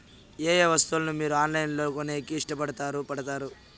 ఏయే వస్తువులను మీరు ఆన్లైన్ లో కొనేకి ఇష్టపడుతారు పడుతారు?